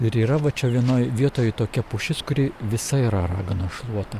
ir yra va čia vienoj vietoj tokia pušis kuri visa yra raganos šluota